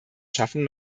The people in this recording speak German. schaffung